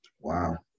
Wow